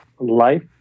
Life